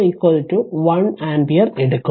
ഞാൻ അത് മായ്ക്കട്ടെ